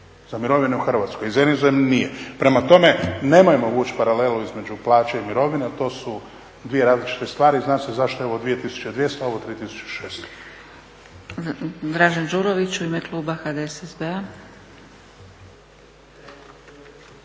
za mirovine u Hrvatskoj, za inozemne nije. Prema tome nemojmo vući paralelu između plaća i mirovina, to su dvije različite stvari. Zna se zašto je ovo 2200, a ovo 3600. **Zgrebec, Dragica (SDP)** Dražen Đurović, u ime kluba HDSSB-a.